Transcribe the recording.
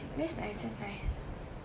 that's nice that's nice